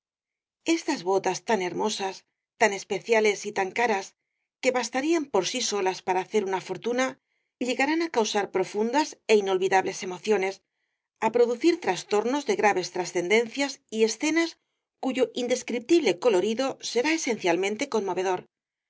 estas botas tan hermosas tan especiales y tan caras que bastarían por sí solas para hacer una fortuna llegarán á causar profundas é inolvidables emociones á produducir trastornos de graves transcendencias y escenas cuyo indescriptible colorido será esencialmente conmovedor